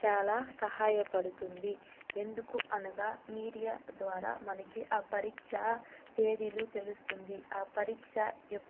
చాలా సహాయపడుతుంది ఎందుకనగా మీడియా ద్వారా మనకి ఆ పరీక్ష తేదీలు తెలుస్తుంది ఆ పరీక్ష యొ